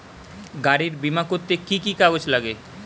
গাড়ীর বিমা করতে কি কি কাগজ লাগে?